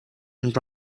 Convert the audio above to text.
and